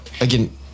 Again